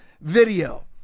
video